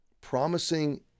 promising